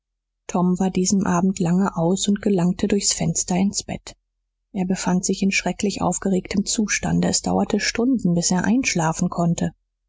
tom war diesen abend lange aus und gelangte durchs fenster ins bett er befand sich in schrecklich aufgeregtem zustande es dauerte stunden bis er einschlafen konnte